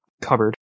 cupboard